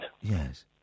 Yes